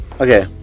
Okay